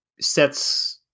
sets